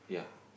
yeah